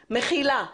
מכילה.